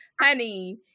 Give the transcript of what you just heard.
Honey